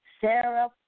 Sarah